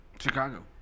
Chicago